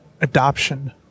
adoption